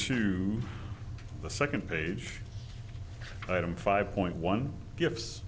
to the second page item five point one g